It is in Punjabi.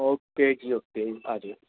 ਓਕੇ ਜੀ ਓਕੇ ਆ ਜਾਇਓ